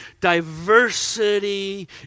Diversity